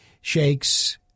shakes